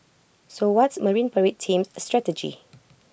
so what's marine parade team's strategy